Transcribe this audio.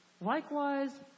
likewise